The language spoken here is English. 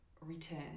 return